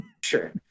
sure